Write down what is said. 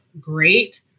great